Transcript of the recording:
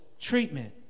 treatment